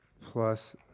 plus